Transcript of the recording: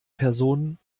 person